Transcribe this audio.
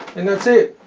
and that's it